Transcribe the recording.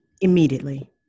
Immediately